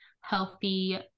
healthy